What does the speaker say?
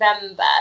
November